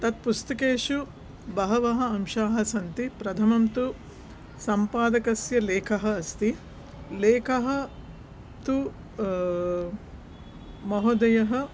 तत् पुस्तकेषु बहवः अंशाः सन्ति प्रथमं तु सम्पादकस्य लेखः अस्ति लेखः तु महोदयः